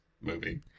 movie